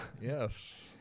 Yes